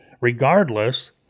Regardless